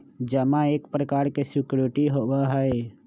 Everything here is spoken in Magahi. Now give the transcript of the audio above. जमा एक प्रकार के सिक्योरिटी होबा हई